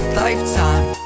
lifetime